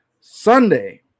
Sunday